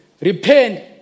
repent